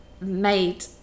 made